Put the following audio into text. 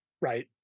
right